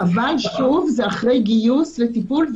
אבל שוב, זה אחרי גיוס לטיפול,